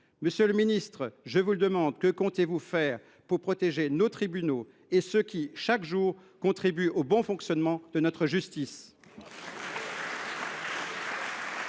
nos institutions. Alors, que comptez vous faire pour protéger nos tribunaux et ceux qui, chaque jour, contribuent au bon fonctionnement de notre justice ?